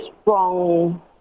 strong